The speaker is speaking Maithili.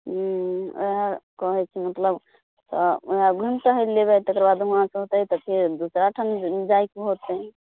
हुँ वएह कहै छलहुँ मतलब वएह घुमि टहलि लेबै तकर बादमे अहाँके होतै तऽ फेर दोसरा ठाम जाइके होतै